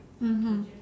mmhmm